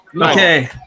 Okay